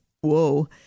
Whoa